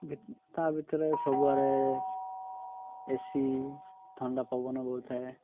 ତା' ଭିତରେ ସବୁଆଡ଼େ ଏ ସି ଥଣ୍ଡା ପବନ ବହୁଥାଏ